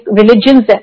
religions